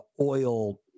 oil